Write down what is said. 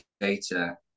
data